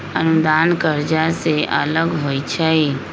अनुदान कर्जा से अलग होइ छै